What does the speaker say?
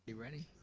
yeah ready?